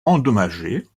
endommagées